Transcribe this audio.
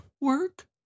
work